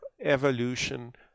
evolution